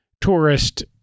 tourist